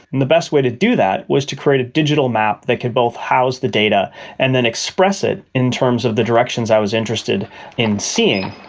and the best way to do that was to create a digital map that could both house the data and then express it in terms of the directions i was interested in seeing.